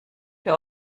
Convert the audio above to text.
für